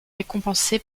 récompensé